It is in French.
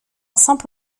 simple